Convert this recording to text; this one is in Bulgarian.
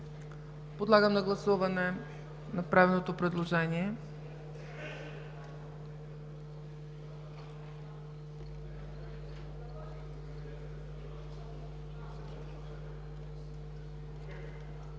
Подлагам на гласуване направеното предложение.